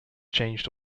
changed